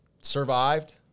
survived